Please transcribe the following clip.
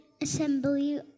assembly